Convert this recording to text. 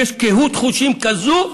קהות חושים כזו,